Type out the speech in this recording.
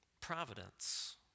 providence